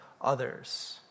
others